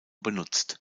benutzt